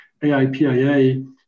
AIPIA